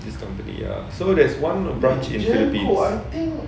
this company ya so there's one a branch in philippines